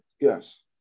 Yes